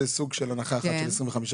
זה סוג של הנחה אחת של 25%,